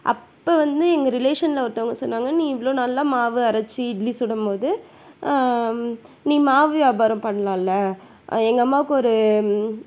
அப்போ வந்து எங்க ரிலேஷனில் ஒருத்தவங்க சொன்னாங்க நீ இவ்வளோ நல்லா மாவு அரைச்சி இட்லி சுடும்போது நீ மாவு வியாபாரம் பண்ணலாம்ல எங்கள் அம்மாவுக்கு ஒரு